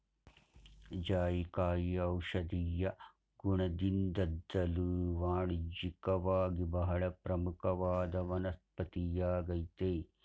ಜಾಯಿಕಾಯಿ ಔಷಧೀಯ ಗುಣದಿಂದ್ದಲೂ ವಾಣಿಜ್ಯಿಕವಾಗಿ ಬಹಳ ಪ್ರಮುಖವಾದ ವನಸ್ಪತಿಯಾಗಯ್ತೆ